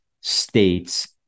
States